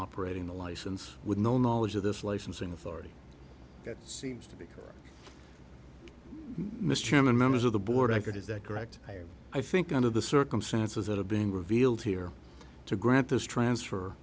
operating the license with no knowledge of this licensing authority that seems to be mr chairman members of the board i get is that correct i think under the circumstances that are being revealed here to grant this transfer